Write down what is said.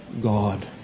God